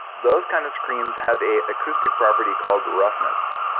those kind of screams have a acoustic property called roughness.